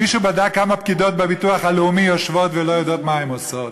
מישהו בדק כמה פקידות בביטוח הלאומי יושבות ולא יודעות מה הן עושות?